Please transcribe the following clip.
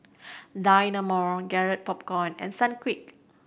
Dynamo Garrett Popcorn and Sunquick